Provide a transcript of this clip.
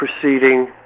proceeding